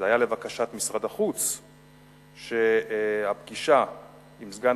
זה היה לבקשת משרד החוץ שהפגישה עם סגן